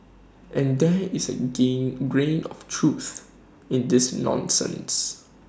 and there is A gain grain of truth in this nonsense